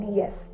yes